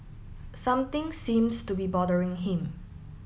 something seems to be bothering him